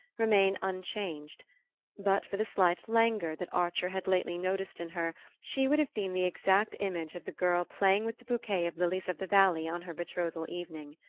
remained unchanged but for the slight languor that archer had lately noticed in her she would have been the exact image of the girl playing with the bouquet of lilies-of-the-valley on her betrothal evening.